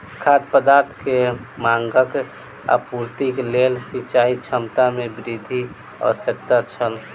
खाद्य पदार्थ के मांगक आपूर्तिक लेल सिचाई क्षमता में वृद्धि आवश्यक छल